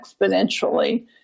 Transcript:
exponentially